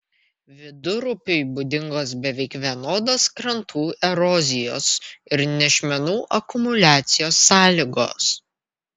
vidurupiui būdingos beveik vienodos krantų erozijos ir nešmenų akumuliacijos sąlygos